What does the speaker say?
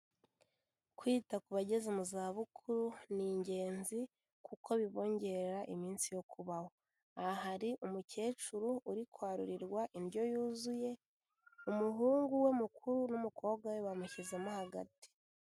Kwita ku bageze mu zabukuru ni ingenzi kuko bibongerera iminsi yo kubaho. Aha hari umukecuru uri kwarurirwa indyo yuzuye, umuhungu we mukuru n'umukobwa we bamushyizemo hagati.